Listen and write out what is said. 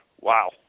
wow